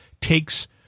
takes